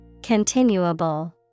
Continuable